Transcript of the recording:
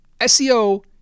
SEO